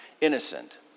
innocent